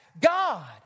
God